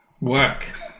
work